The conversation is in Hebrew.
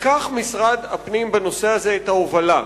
ייקח משרד הפנים בנושא הזה את ההובלה.